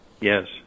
Yes